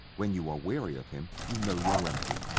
when you are weary of him you know your remedy.